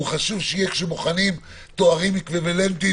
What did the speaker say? חשוב שהוא יהיה כשבוחנים תארים אקוויוולנטיים